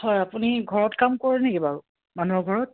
হয় আপুনি ঘৰত কাম কৰে নেকি বাৰু মানুহৰ ঘৰত